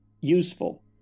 useful